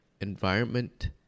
environment